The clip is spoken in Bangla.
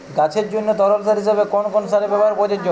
গাছের জন্য তরল সার হিসেবে কোন কোন সারের ব্যাবহার প্রযোজ্য?